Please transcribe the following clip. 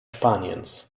spaniens